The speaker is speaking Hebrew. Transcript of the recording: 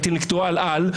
אינטלקטואל-על,